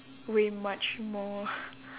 way much more